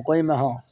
मकइमे